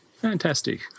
Fantastic